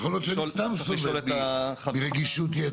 יכול להיות שאני סתם סובל מרגישות יתר בעניין.